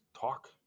talk